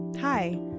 Hi